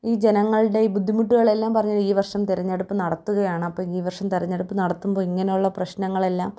ഈ ജനങ്ങളുടെ ഈ ബുദ്ധിമുട്ടുകളെല്ലാം പറഞ്ഞിരുന്നു ഈ വർഷം തിരഞ്ഞെടുപ്പ് നടത്തുകയാണ് അപ്പം ഈ വർഷം തിരെഞ്ഞെടുപ്പ് നടത്തുമ്പോൾ ഇങ്ങനെയുള്ള പ്രശ്നനങ്ങളെല്ലാം